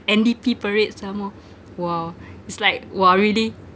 N_D_P parade some more !wah! it's like !wah! really